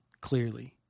clearly